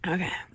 Okay